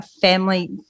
family